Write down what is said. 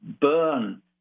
burn